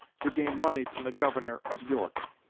to gain money from the governor of york.